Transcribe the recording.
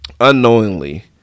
unknowingly